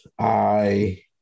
-I